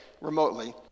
remotely